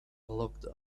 locked